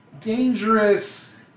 dangerous